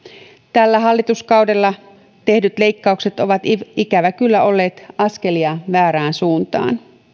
tällä hallituskaudella tehdyt leikkaukset ovat ikävä kyllä olleet askelia väärään suuntaan